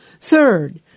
Third